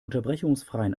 unterbrechungsfreien